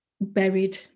buried